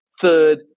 third